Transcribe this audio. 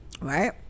right